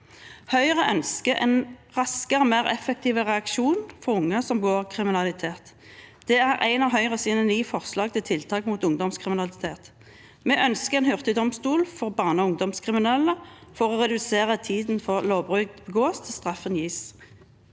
Høyre ønsker en raskere, mer effektiv reaksjon for unge som begår kriminalitet. Det er et av Høyres ni forslag til tiltak mot ungdomskriminalitet. Vi ønsker en hurtigdomstol for barne- og ungdomskriminelle for å redusere tiden fra lovbrudd begås, til straffen gis.